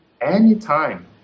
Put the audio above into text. anytime